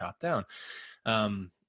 top-down